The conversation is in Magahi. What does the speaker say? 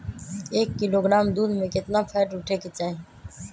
एक किलोग्राम दूध में केतना फैट उठे के चाही?